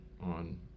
on